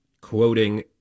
quoting